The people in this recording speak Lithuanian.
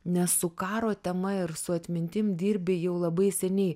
nes su karo tema ir su atmintim dirbi jau labai seniai